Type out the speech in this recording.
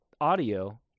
audio